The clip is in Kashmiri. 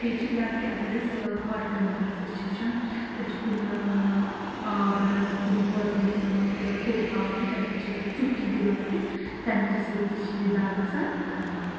تہٕ بیٚیہِ چھِ بیاکھ اگر أسۍ ہاٹ کَمپرؠس أسۍ چھِ وٕچھان أسۍ چھِ کُنہِ آب اَنَان کُنہِ بوتلہِ منٛز تھاوان تھوڑا توٚت آب تہٕ تَمہِ سۭتۍ چھِ أسۍ زَن ژُکھ دِوان کہِ تَمہِ تہِ سۭتۍ تہِ چھِ یہِ دَگ گژھان ختم